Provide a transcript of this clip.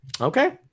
Okay